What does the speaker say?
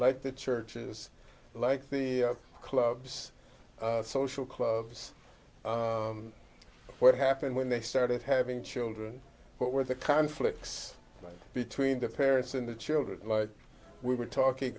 like the churches like the clubs social clubs what happened when they started having children what were the conflicts between the parents and the children we were talking